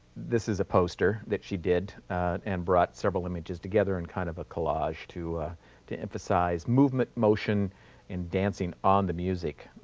this is a poster that she did and brought several images together in kind of a collage to to emphasize movement, motion in dancing on the music.